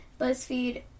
BuzzFeed